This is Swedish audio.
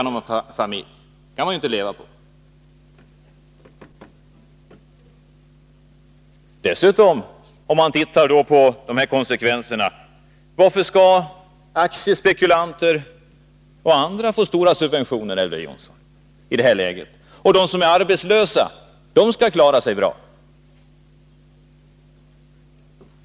Men det kan man ju inte leva på eller försörja en familj på. Varför skall aktiespekulanter och andra i det här läget få stora subventioner, Elver Jonsson? Men de som är arbetslösa skall klara sig ändå!